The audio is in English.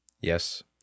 Yes